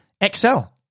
excel